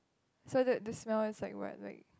so the the smell is like what like